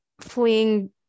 fleeing